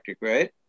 right